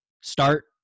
Start